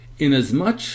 Inasmuch